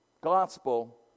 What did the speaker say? gospel